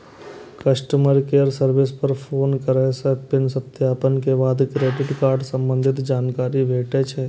customer care service पर phone करै सं पिन सत्यापन के बाद क्रेडिट कार्ड संबंधी जानकारी भेटै छै